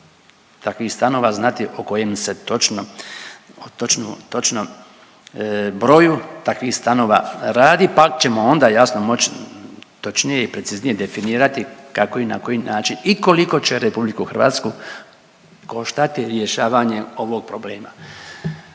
takvih stanova znati o kojim se točno broju takvih stanova radi, pa ćemo onda jasno moći točnije i preciznije definirati kako i na koji način i koliko će Republiku Hrvatsku koštati rješavanje ovog problema.